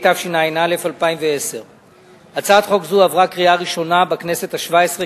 התשע"א 2010. הצעת חוק זו עברה קריאה ראשונה בכנסת השבע-עשרה